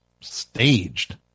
staged